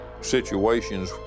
situations